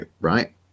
right